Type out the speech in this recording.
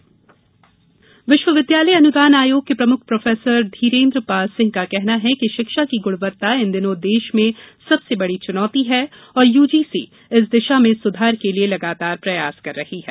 UGC chairman विश्वविद्यालय अनुदान आयोग के प्रमुख प्रोफेसर धीरेन्द्र पाल सिंह का कहना है कि शिक्षा की गुणवत्ता इन दिनों देश में सबसे बड़ी चुनौति है और यूजीसी इस दिशा में सुधार के लिये लगातार प्रयास कर रही है